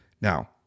Now